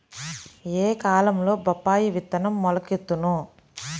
ఏ కాలంలో బొప్పాయి విత్తనం మొలకెత్తును?